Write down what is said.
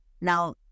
Now